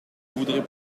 voudrais